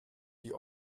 die